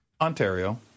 Ontario